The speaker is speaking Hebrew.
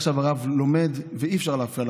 עכשיו הרב לומד ואי-אפשר להפריע לרב.